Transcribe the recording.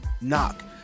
knock